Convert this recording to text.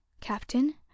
Captain